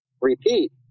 repeat